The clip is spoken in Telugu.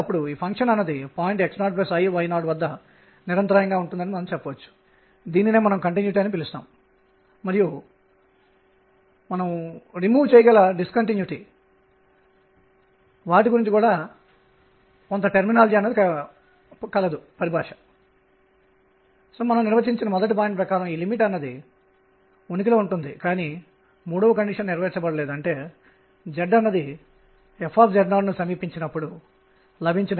ఇప్పుడు నేను దానిని సాధారణీకరణ మొమెంటం అని పిలుస్తారు మరియు మన ప్రయోజనాల కోసం మన ప్రయోజనాల కోసం నేను ఏమి చేయబోతున్నానంటే ఒక చరరాశికి సంబంధించిన దాన్ని ఈ క్రింది విధంగా నిర్వచిస్తారు